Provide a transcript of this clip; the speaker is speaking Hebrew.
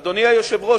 אדוני היושב-ראש,